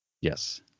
yes